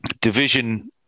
division